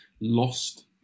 lost